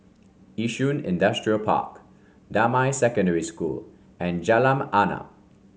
Yishun Industrial Park Damai Secondary School and Jalan Arnap